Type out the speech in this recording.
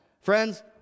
Friends